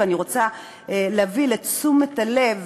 ואני רוצה להביא לתשומת הלב